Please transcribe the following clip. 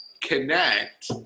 connect